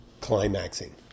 climaxing